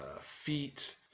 feet